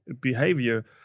behavior